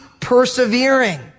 persevering